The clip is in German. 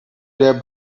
der